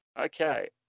Okay